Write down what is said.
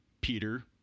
Peter